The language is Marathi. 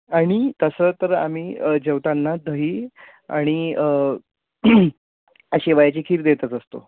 आणि तसं तर आम्ही जेवताना दही आणि शेवायाची खीर देतच असतो